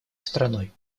страной